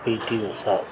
PT Usha